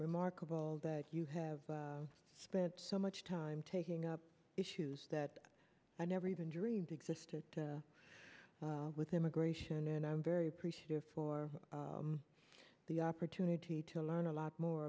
remarkable that you have spent so much time taking up issues that i never even dreamed existed with immigration and i'm very appreciative for the opportunity to learn a lot more